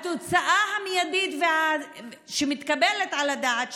התוצאה המיידית שמתקבלת על הדעת,